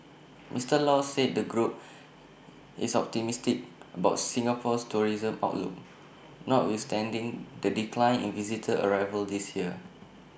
Mister law said the group is optimistic about Singapore's tourism outlook notwithstanding the decline in visitor arrivals this year